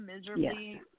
miserably